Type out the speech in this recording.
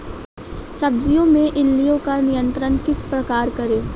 सब्जियों में इल्लियो का नियंत्रण किस प्रकार करें?